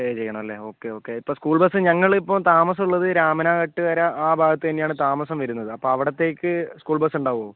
പേ ചെയ്യണമല്ലേ okay okay ഇപ്പം school bus ഞങ്ങളിപ്പം താമസമുള്ളത് രാമനാട്ടുകര ആ ഭാഗത്തു തന്നെയാണ് താമസം വരുന്നത് അപ്പോൾ അവിടത്തേക്ക് സ്കൂൾ ബസ് ഉണ്ടാവുവോ